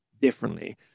differently